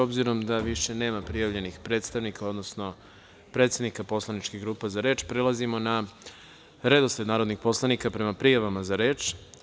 Obzirom da više nema prijavljenih predstavnika odnosno predsednika poslaničkih grupa za reč, prelazimo na redosled narodnih poslanika prema prijavama za reč.